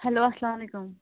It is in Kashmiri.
ہٮ۪لو اَسَلام علیکُم